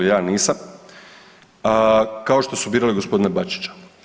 Ja nisam kao što su birali gospodina Bačića.